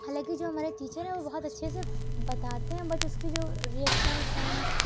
حالانکہ جو ہمارے ٹیچر ہیں وہ بہت اچھے سے بتاتے ہیں بٹ اس کی جو ریئکشنس ہیں